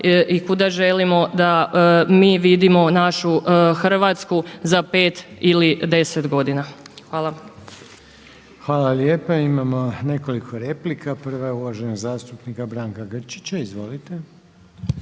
i kuda želimo da mi vidimo našu Hrvatsku za pet ili deset godina. Hvala. **Reiner, Željko (HDZ)** Hvala lijepa. Imamo nekoliko replika. Prva je uvaženog zastupnika Branka Grčića. **Grčić,